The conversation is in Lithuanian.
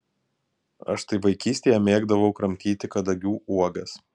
aš štai vaikystėje mėgdavau kramtyti kadagių uogas